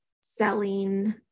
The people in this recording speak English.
selling